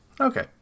Okay